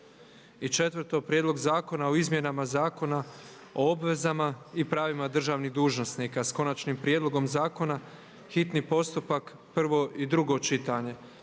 3. - Prijedlog zakona o izmjenama Zakona o obvezama i pravima državnih dužnosnika sa Konačnim prijedlogom Zakona, hitni postupak, prvo i drugo čitanje,